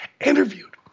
interviewed